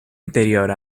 interior